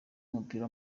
w’umupira